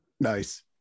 Nice